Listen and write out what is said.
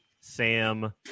Sam